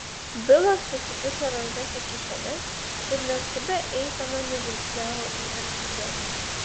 bilas susikišo rankas į kišenes ir neskubia eisena nužingsniavo į arklides